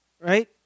Right